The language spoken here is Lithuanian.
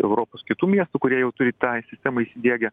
europos kitų miestų kurie jau turi tą sistemą įdiegę